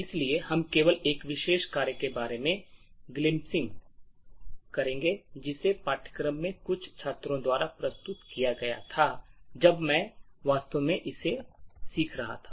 इसलिए हम केवल एक विशेष कार्य के बारे में glimpsing होंगे जिसे पाठ्यक्रम में कुछ छात्रों द्वारा प्रस्तुत किया गया था जब मैं वास्तव में इसे सिखा रहा था